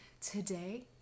today